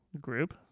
group